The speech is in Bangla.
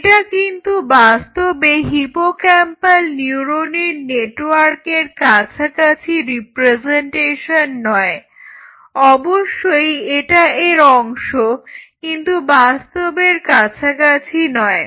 এটা কিন্তু বাস্তবে হিপোক্যাম্পাল নিউরনের নেটওয়ার্কের কাছাকাছি রিপ্রেজেন্টেশন নয় অবশ্যই এটা এর অংশ কিন্তু বাস্তবের কাছাকাছি নয়